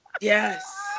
Yes